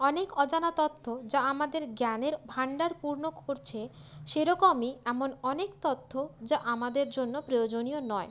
অনেক অজানা তথ্য যা আমাদের জ্ঞানের ভান্ডার পূর্ণ করছে সেরকমই এমন অনেক তথ্য যা আমাদের জন্য প্রয়োজনীয় নয়